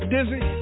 Dizzy